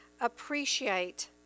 appreciate